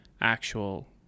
actual